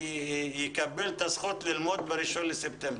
יקבל את הזכות ללמוד ב-1 בספטמבר.